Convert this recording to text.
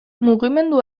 mugimendu